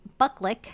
Bucklick